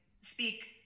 speak